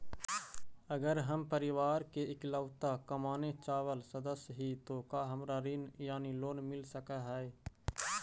अगर हम परिवार के इकलौता कमाने चावल सदस्य ही तो का हमरा ऋण यानी लोन मिल सक हई?